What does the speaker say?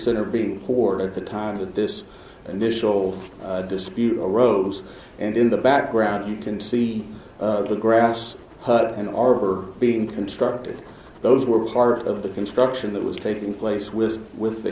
center being poor at the time that this initial dispute arose and in the background you can see the grass hut and or being constructed those were part of the construction that was taking place was with the